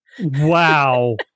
Wow